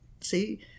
see